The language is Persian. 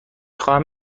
خواهم